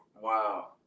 Wow